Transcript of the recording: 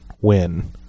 win